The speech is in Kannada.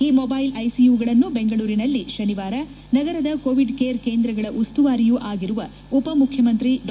ಈ ಮೊಬೈಲ್ ಐಸಿಯುಗಳನ್ನು ಬೆಂಗಳೂರಿನಲ್ಲಿ ಶನಿವಾರ ನಗರದ ಕೋವಿಡ್ ಕೇರ್ ಕೇಂದ್ರಗಳ ಉಸ್ತುವಾರಿಯೂ ಆಗಿರುವ ಉಪ ಮುಖ್ಯಮಂತ್ರಿ ಡಾ